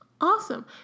Awesome